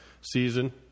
season